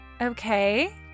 Okay